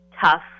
tough